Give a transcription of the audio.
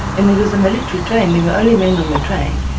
and there was a military train. there were only men on the train.